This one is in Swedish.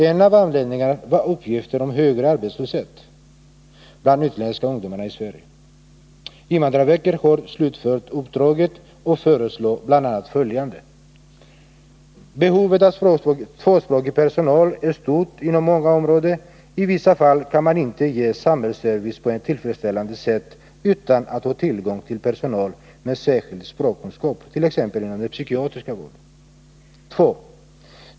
En av anledningarna var uppgiften om högre arbetslöshet bland utländska ungdomar i Sverige. Invandrarverket har slutfört uppdraget och yttrar bl.a. följande: 1. Behovet av tvåspråkig personal är stort inom många områden. I vissa fall kan man inte ge samhällsservice på ett tillfredsställande sätt utan att ha tillgång till personal med särskild språkkunskap, t.ex. inom den psykiatriska vården. 2.